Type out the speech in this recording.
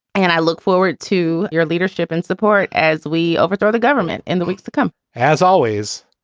and i look forward to your leadership and support as we overthrow the government in the weeks to come as always,